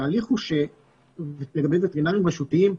התהליך הוא שווטרינרים רשותיים,